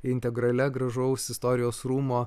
integralia gražaus istorijos rūmo